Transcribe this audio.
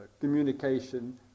communication